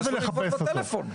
מה זה לחפש אותו?